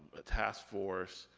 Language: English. a task force.